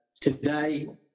today